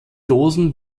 dosen